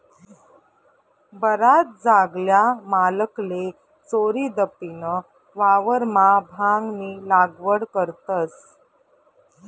बराच जागल्या मालकले चोरीदपीन वावरमा भांगनी लागवड करतस